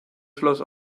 schloss